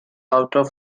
out